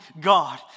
God